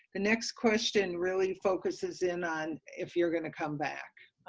the next question really focuses in on if you're going to come back.